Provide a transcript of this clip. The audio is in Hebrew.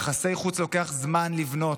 יחסי חוץ לוקח זמן לבנות.